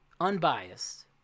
Unbiased